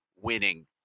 winning